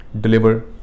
deliver